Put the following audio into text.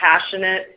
passionate